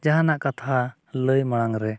ᱡᱟᱦᱟᱱᱟᱜ ᱠᱟᱛᱷᱟ ᱞᱟᱹᱭ ᱢᱟᱲᱟᱝ ᱨᱮ